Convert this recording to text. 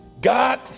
God